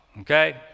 Okay